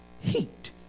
heat